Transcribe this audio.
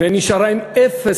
ונשארה עם אפס